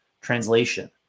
Translation